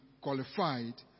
qualified